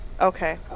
Okay